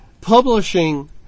publishing